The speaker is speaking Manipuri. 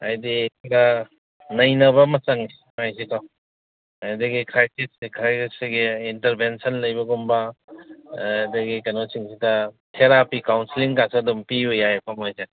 ꯍꯥꯏꯗꯤ ꯅꯩꯅꯕ ꯑꯃ ꯆꯪꯉꯤ ꯃꯥꯏꯁꯦꯀꯣ ꯑꯗꯒꯤ ꯁꯤꯒꯤ ꯏꯟꯇꯔꯚꯦꯟꯁꯟ ꯂꯩꯕꯒꯨꯝꯕ ꯑꯗꯒꯤ ꯀꯩꯅꯣꯁꯤꯡꯁꯤꯗ ꯊꯦꯔꯥꯄꯤ ꯀꯥꯎꯟꯁꯤꯂꯤꯡꯒꯁꯨ ꯑꯗꯨꯝ ꯄꯤꯕ ꯌꯥꯏꯀꯣ ꯃꯣꯏꯁꯦ